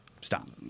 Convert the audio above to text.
stop